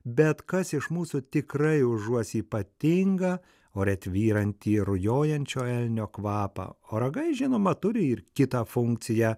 bet kas iš mūsų tikrai užuos ypatingą ore tvyrantį rujojančio elnio kvapą o ragai žinoma turi ir kitą funkciją